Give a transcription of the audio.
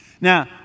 Now